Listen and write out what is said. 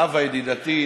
נאוה ידידתי,